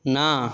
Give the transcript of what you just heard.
না